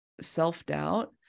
self-doubt